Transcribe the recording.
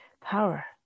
power